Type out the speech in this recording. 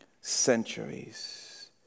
centuries